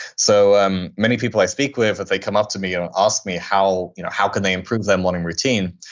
so um many people i speak with, if they come up to me and ask me how you know how can they improve their morning routine,